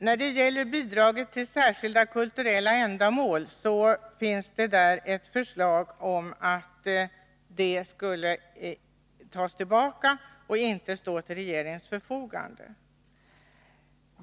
När det gäller bidraget till Särskilda kulturella ändamål finns det ett förslag om att detta bidrag skulle tas tillbaka och inte stå till regeringens förfogande.